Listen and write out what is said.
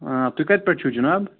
تُہۍ کَتہِ پٮ۪ٹھ چھُو جِناب